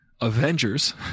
Avengers